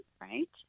right